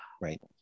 Right